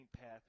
path